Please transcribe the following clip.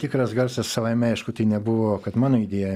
tikras garsas savaime aišku tai nebuvo kad mano idėja